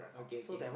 okay okay